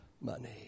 money